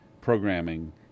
programming